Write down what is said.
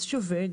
אז שווה,